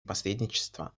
посредничества